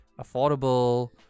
affordable